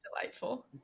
delightful